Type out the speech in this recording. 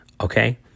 okay